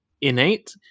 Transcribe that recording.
innate